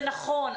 נכון,